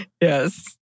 Yes